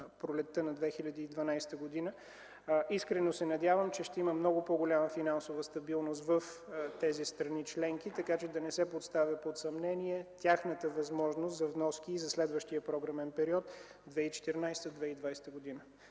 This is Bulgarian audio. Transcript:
пролетта на 2012 г. Искрено се надявам, че ще има много по-голяма финансова стабилност в тези страни членки, така че да не се поставя под съмнение тяхната възможност за вноски и за следващия програмен период – 2014-2020 г.